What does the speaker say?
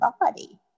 body